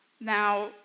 Now